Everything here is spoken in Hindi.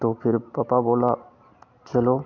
तो फिर पपा बोले चलो